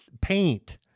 Paint